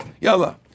Yalla